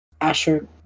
Asher